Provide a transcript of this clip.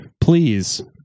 please